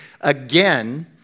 again